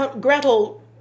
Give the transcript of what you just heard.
Gretel